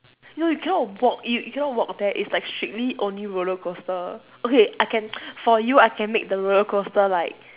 no you cannot walk you cannot walk there it's like strictly only roller coaster okay I can for you I can make the roller coaster like